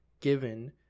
given